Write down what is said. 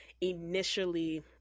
initially